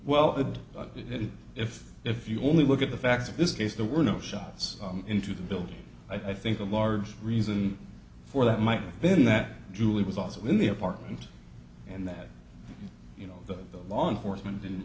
well if if you only look at the facts of this case there were no shots into the building i think a large reason for that might mean then that julie was also in the apartment and that you know that the law enforcement didn't